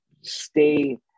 stay